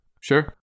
sure